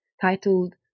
titled